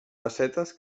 pessetes